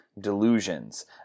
delusions